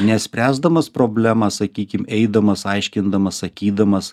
ne spręsdamas problemą sakykim eidamas aiškindamas sakydamas